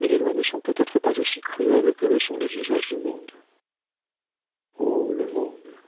mais les lois ne sont peut-être pas aussi cruelles que le sont les usages du monde oh le monde